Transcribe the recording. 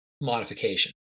modification